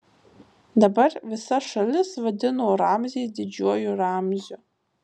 dabar visa šalis vadino ramzį didžiuoju ramziu